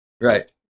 Right